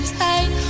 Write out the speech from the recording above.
tight